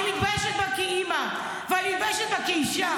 אני מתביישת בה כאימא ואני מתביישת בה כאישה.